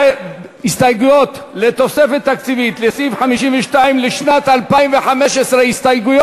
הסתייגויות של תוספת תקציבית לסעיף 52 לשנת 2015. הסתייגויות.